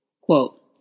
Quote